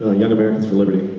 ah young american for liberty,